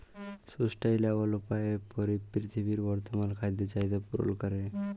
sustainable উপায়ে পীরথিবীর বর্তমাল খাদ্য চাহিদ্যা পূরল ক্যরে